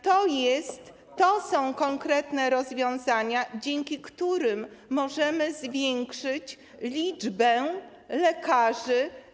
To są konkretne rozwiązania, dzięki którym możemy zwiększyć liczbę lekarzy.